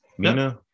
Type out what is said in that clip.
Mina